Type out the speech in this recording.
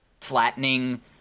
flattening